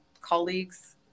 colleagues